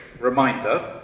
reminder